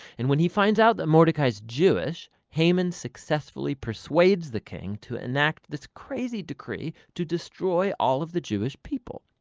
and when he finds out that mordecai's jewish, haman successfully persuades the king to enact this crazy decree to destroy all of the jewish people.